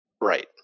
Right